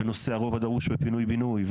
בנושא הרוב הדרוש בפינוי בינוי,